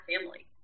family